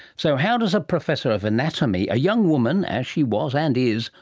so how does ah professor of anatomy, a young woman as she was and is,